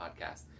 podcast